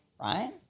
right